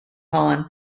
holland